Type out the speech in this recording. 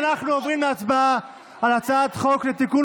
אנחנו עוברים להצבעה על הצעת חוק לתיקון